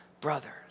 brothers